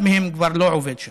אחד מהם כבר לא עובד שם.